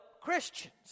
Christians